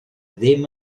ddim